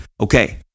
Okay